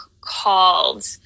called